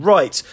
Right